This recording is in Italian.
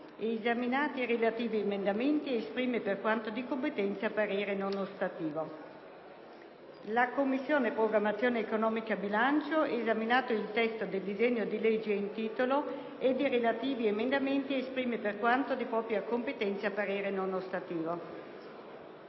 Esaminati i relativi emendamenti, esprime, per quanto di competenza, parere non ostativo». «La Commissione programmazione economica, bilancio, esaminato il testo del disegno di legge in titolo ed i relativi emendamenti, esprime, per quanto di propria competenza, parere non ostativo».